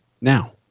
Now